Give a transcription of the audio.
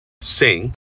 sing